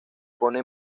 pone